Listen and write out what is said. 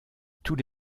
tous